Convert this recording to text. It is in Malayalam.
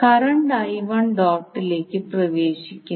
കറന്റ് ഡോട്ടിലേക്ക് പ്രവേശിക്കുന്നു